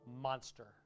monster